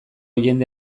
jende